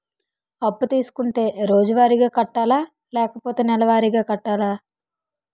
అప్పు తీసుకుంటే రోజువారిగా కట్టాలా? లేకపోతే నెలవారీగా కట్టాలా?